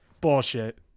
Bullshit